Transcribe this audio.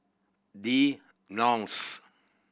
The Knolls